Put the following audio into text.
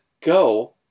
go